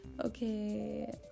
Okay